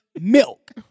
milk